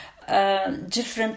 different